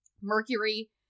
Mercury